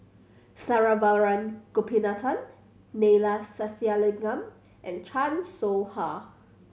Saravanan Gopinathan Neila Sathyalingam and Chan Soh Ha